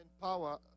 power